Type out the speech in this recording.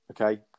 Okay